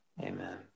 amen